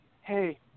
Hey